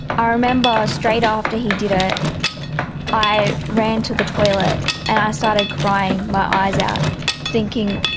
i remember straight after he did it i ran to the toilet and i started crying my eyes out thinking,